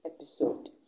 episode